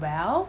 well